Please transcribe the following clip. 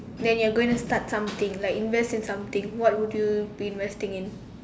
when you're going to start something like invest in something what would you be investing in